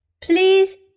Please